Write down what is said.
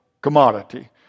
commodity